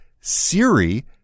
Siri